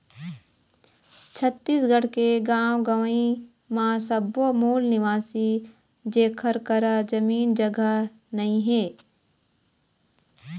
छत्तीसगढ़ के गाँव गंवई म सब्बो मूल निवासी जेखर करा जमीन जघा नइ हे